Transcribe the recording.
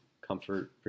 comfort